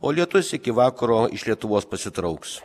o lietus iki vakaro iš lietuvos pasitrauks